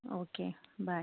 okay bye